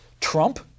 Trump